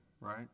right